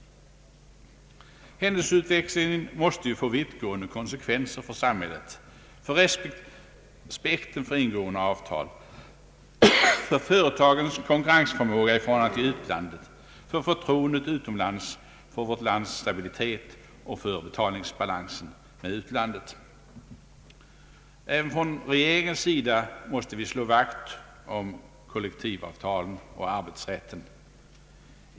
Händelseutvecklingen måste få vittgående konsekvenser för samhället, för respekten för ingångna avtal, för företagens konkurrensförmåga i förhållande till utlandet, för förtroendet utomlands, för vårt lands stabilitet och för vår betalningsbalans med utlandet. Även från riksdagens sida måste vi slå vakt om kollektivavtalen och avtalsrätten.